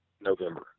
November